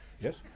Yes